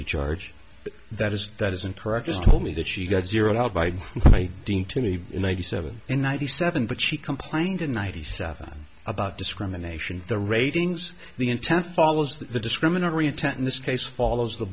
a charge that is that isn't correct just told me that she got zeroed out by doing to me in ninety seven and ninety seven but she complained in ninety south about discrimination the ratings the intent follows the discriminatory intent in this case follows the